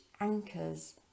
anchors